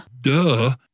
Duh